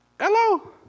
Hello